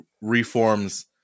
reforms